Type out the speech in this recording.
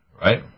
right